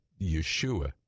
Yeshua